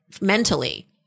mentally